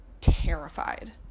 terrified